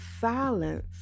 silence